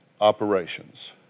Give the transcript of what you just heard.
operations